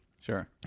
Sure